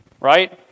right